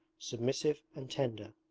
submissive, and tender,